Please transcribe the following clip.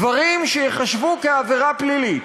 דברים שייחשבו לעבירה פלילית,